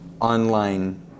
online